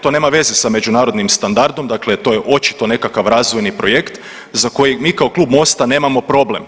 To nema veze sa međunarodnim standardom, dakle to je očito nekakav razvojni projekt za koji mi kao Klub MOST-a nemamo problem.